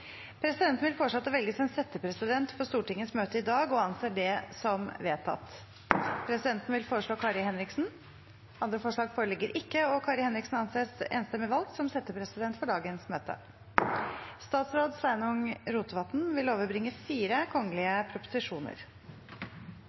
Presidenten vil foreslå at det velges en settepresident for Stortingets møte i dag – og anser det som vedtatt. Presidenten vil foreslå Kari Henriksen. – Andre forslag foreligger ikke, og Kari Henriksen anses enstemmig valgt som settepresident for dagens møte. Representanten Jenny Klinge vil